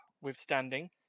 withstanding